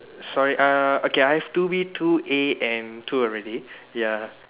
sorry uh okay I have two B two A and two already ya